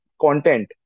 content